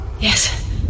Yes